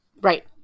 Right